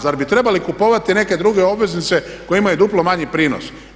Zar bi trebali kupovati neke druge obveznice koje imaju duplo manji prinos.